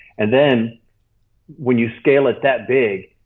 and then when you scale it that big,